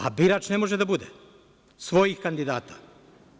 A birač ne može da bude svojih kandidata.